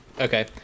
Okay